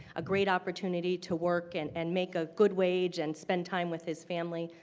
a great opportunity to work and and make a good wage and spend time with his family,